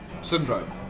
syndrome